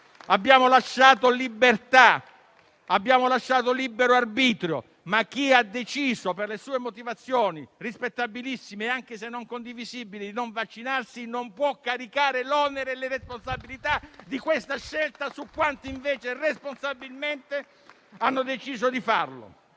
Abbiamo lasciato libertà e libero arbitro, ma chi ha deciso per motivazioni sue (rispettabilissime, anche se non condivisibili) di non vaccinarsi non può caricare l'onere e le responsabilità di questa scelta su quanti invece responsabilmente hanno deciso di farlo.